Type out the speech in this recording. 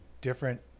different